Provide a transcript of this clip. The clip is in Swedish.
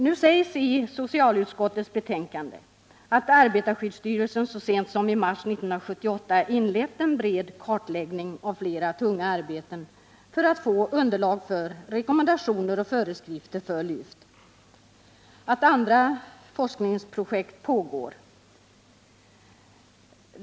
Nu sägs i socialutskottets betänkande att arbetarskyddsstyrelsen så sent som i mars 1978 inlett en bred kartläggning av flera tunga arbeten för att få underlag för rekommendationer och föreskrifter för lyft. Man säger också att andra forskningsprojekt pågår.